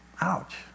Ouch